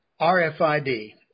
RFID